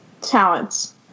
talents